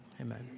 Amen